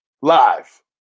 Live